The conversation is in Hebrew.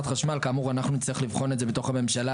כאמור אנחנו נצטרך לבחון את זה בתוך הממשלה,